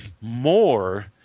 more